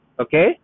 okay